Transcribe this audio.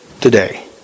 today